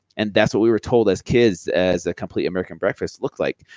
and that's what we were told as kids as a complete american breakfast look like.